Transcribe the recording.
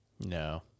No